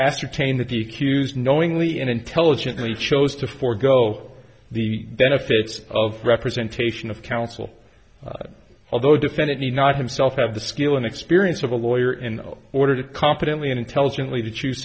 ascertain that the cues knowingly and intelligently chose to forego the benefits of representation of counsel although defended need not himself have the skill and experience of a lawyer in order to competently intelligently to choose